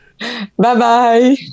Bye-bye